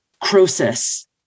Croesus